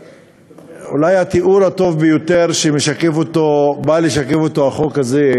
אולי התיאור הטוב ביותר שבא לשקף אותו החוק הזה,